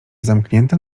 zamknięte